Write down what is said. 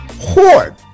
hoard